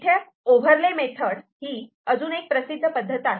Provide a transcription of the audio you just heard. इथे overlay method ही अजून एक प्रसिद्ध पद्धती आहे